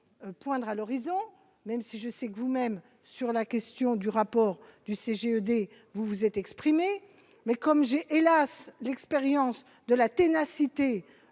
poindre à l'horizon, même si je sais que vous-même sur la question du rapport du CGEDD, vous vous êtes exprimé mais comme j'ai hélas l'expérience de la ténacité